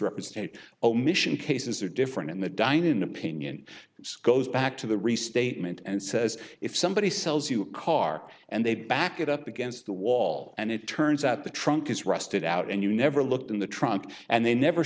misrepresented omission cases are different in the dine an opinion goes back to the restatement and says if somebody sells you a car and they back it up against the wall and it turns out the trunk is rusted out and you never looked in the trunk and they never